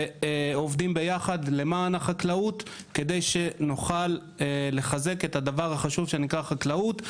ועובדים יחד למען החקלאות כדי שנוכל לחזק את הדבר החשוב שנקרא חקלאות,